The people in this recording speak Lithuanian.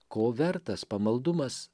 ko vertas pamaldumas